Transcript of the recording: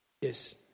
Yes